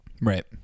Right